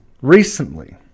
recently